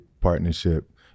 partnership